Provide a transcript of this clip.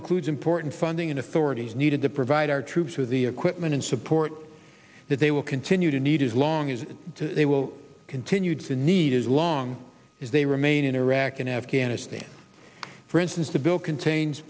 includes important funding and authorities needed to provide our troops with the equipment and support that they will continue to need as long as they will continue to need as long as they remain in iraq and afghanistan for instance the bill contains